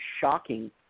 shocking